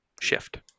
shift